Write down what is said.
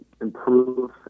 improve